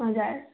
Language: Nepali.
हजुर